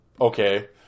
Okay